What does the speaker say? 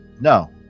no